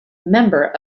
member